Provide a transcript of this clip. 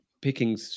picking